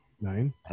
Nine